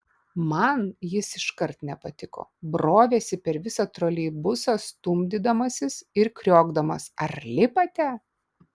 man jis iškart nepatiko brovėsi per visą troleibusą stumdydamasis ir kriokdamas ar lipate